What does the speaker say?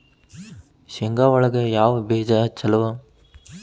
ಶೇಂಗಾ ಒಳಗ ಯಾವ ಬೇಜ ಛಲೋ?